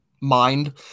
mind